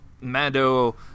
mando